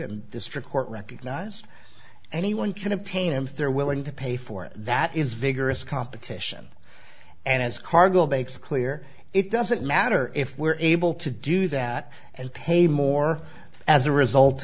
and district court recognized anyone can obtain and there willing to pay for it that is vigorous competition and as cargo bay it's clear it doesn't matter if we're able to do that and pay more as a result